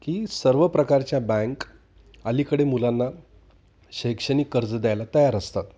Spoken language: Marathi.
की सर्व प्रकारच्या बँक अलीकडे मुलांना शैक्षणिक कर्ज द्यायला तयार असतात